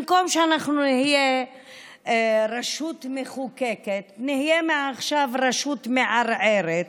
במקום שנהיה רשות מחוקקת נהיה מעכשיו רשות מערערת.